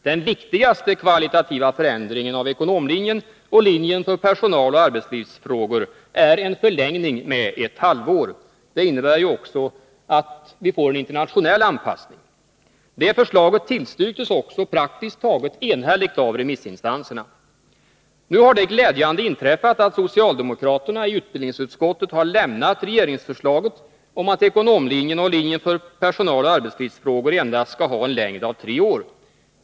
Den viktigaste kvalitativa förändringen av ekonomlinjen och linjen för personaloch arbetslivsfrågor är en förlängning med ett halvår. Det innebär också att vi får en internationell anpassning. Förslaget tillstyrktes också praktiskt taget enhälligt av remissinstanserna. Nu har det glädjande inträffat att socialdemokraterna i utbildningsutskottet har lämnat regeringsförslaget om att ekonomlinjen och linjen för personaloch arbetslivsfrågor endast skall ha en längd av tre år.